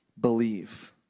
believe